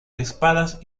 espadas